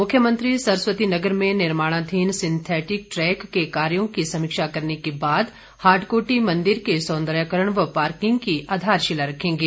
मुख्यमंत्री सरस्वतीनगर में निर्माणाधीन सिंथेटिक ट्रैक के कार्यो की समीक्षा करने के बाद हाटकोटी मंदिर के सौंदर्यीकरण व पार्किंग की आधारशिला रखेंगे